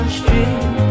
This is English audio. street